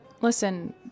Listen